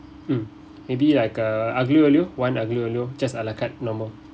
mm maybe like err aglio olio one aglio olio just ala carte normal